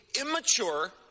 immature